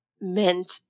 meant